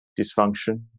dysfunction